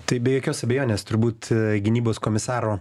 tai be jokios abejonės turbūt gynybos komisaro